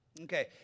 Okay